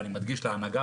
ואני מדגיש להנהגה,